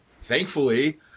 Thankfully